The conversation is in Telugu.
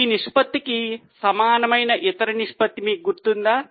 ఈ నిష్పత్తికి సమానమైన ఇతర నిష్పత్తి మీకు గుర్తుందా